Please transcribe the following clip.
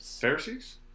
Pharisees